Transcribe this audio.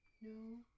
No